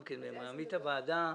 את הוועדה,